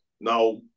Now